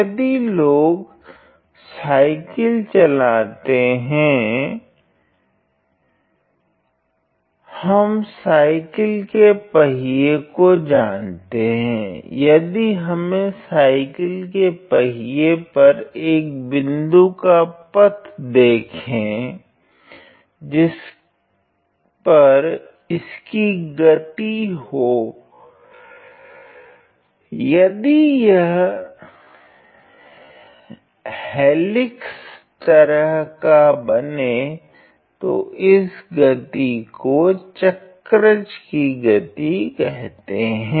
यदि लोग साइकिल चलाते हैं हम साइकिल का पहिया जानते हैं यदि हमें साइकिल के पहिये पर एक बिंदु का पथ देखें जिस पर इसकी गति हो यदि यह हेलिक्स तरह का बने तो इस गति को चक्रज की गति कहते हैं